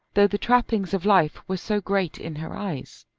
though the trappings of life were so great in her eyes.